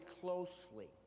closely